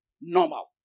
normal